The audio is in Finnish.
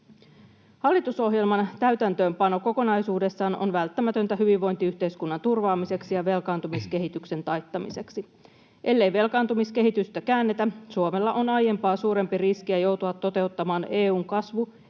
Hallitusohjelman täytäntöönpano kokonaisuudessaan on välttämätöntä hyvinvointiyhteiskunnan turvaamiseksi ja velkaantumiskehityksen taittamiseksi. Ellei velkaantumiskehitystä käännetä, Suomella on aiempaa suurempi riski joutua toteuttamaan EU:n kasvu-